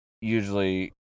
usually